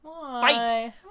Fight